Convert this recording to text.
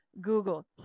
Google